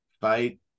fight